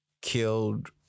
killed